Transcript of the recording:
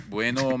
Bueno